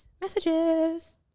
messages